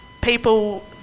people